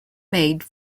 made